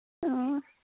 ꯑ